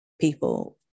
people